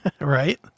Right